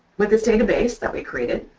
with this database that we created,